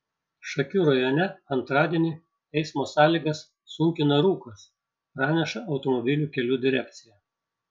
šakių rajone antradienį eismo sąlygas sunkina rūkas praneša automobilių kelių direkcija